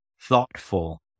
thoughtful